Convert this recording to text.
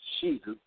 Jesus